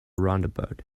roundabout